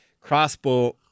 crossbow